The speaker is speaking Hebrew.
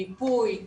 מיפוי,